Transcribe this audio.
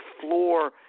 floor